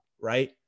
right